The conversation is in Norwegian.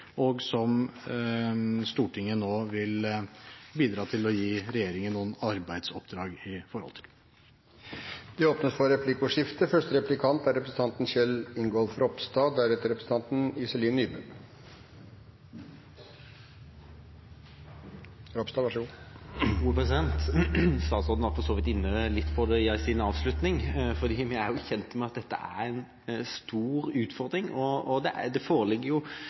og som Stortinget nå vil bidra til å gi regjeringen noen arbeidsoppdrag knyttet til. Det blir replikkordskifte. Statsråden var for så vidt litt inne på det i sin avslutning. Vi er kjent med at dette er en stor utfordring. Og som jeg var inne på i mitt innlegg, foreligger det nesten 300 brudd på 48-timersfristen bare de første fire månedene i Oslo politidistrikt. Det er alvorlig. Men jeg skal frikjenne justisministeren, for dette er jo